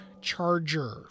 Charger